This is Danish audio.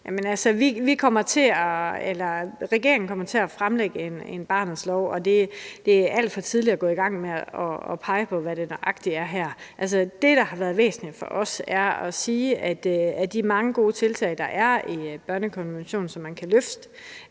Regeringen kommer til at fremsætte en barnets lov, og det er alt for tidligt at gå i gang med at pege på, hvad der nøjagtig skal med der. Det, der er væsentligt for os, er at sige, at de mange gode tiltag, der er i børnekonventionen, kan man bruge